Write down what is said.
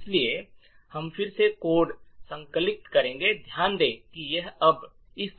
इसलिए हम फिर से कोड संकलित करेंगे ध्यान दें कि यह अब इस